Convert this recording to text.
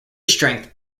strength